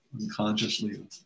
unconsciously